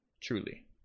Truly